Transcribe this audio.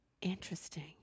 Interesting